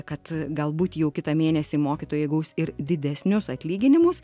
kad galbūt jau kitą mėnesį mokytojai gaus ir didesnius atlyginimus